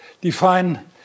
define